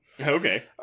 Okay